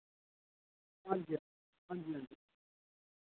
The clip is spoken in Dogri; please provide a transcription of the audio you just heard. हांजी हां हांजी हांजी